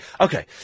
Okay